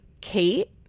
Kate